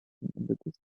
distance